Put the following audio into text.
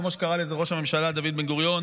כמו שקרא לזה ראש הממשלה דוד בן-גוריון,